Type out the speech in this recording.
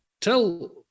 tell